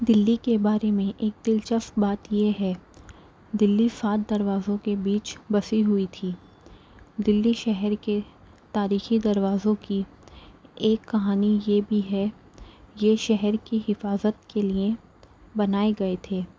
دلی کے بارے میں ایک دلچسپ بات یہ ہے دلی سات دروازوں کے بیچ بسی ہوئی تھی دلی شہر کے تاریخی دروازوں کی ایک کہانی یہ بھی ہے یہ شہر کی حفاظت کے لئے بنائے گئے تھے